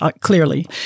clearly